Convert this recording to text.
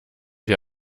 wir